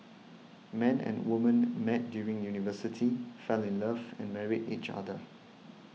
man and woman met during university fell in love and married each other